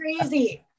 crazy